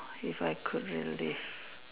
if I could relive